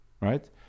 right